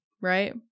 right